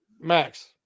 Max